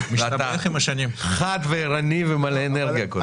חד וערני ומלא אנרגיה.